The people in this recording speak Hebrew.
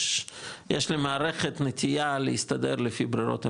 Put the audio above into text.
יש למערכת נטייה להסתדר לפי ברירות המחדל,